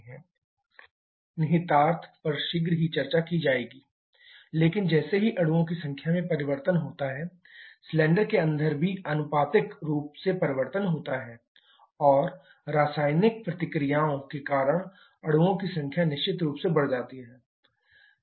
इसके निहितार्थ पर शीघ्र ही चर्चा की जाएगी लेकिन जैसे ही अणुओं की संख्या में परिवर्तन होता है सिलेंडर के अंदर भी आनुपातिक रूप से परिवर्तन होता है और रासायनिक प्रतिक्रियाओं के कारण अणुओं की संख्या निश्चित रूप से बदल जाती है